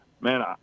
man